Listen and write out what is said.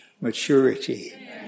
maturity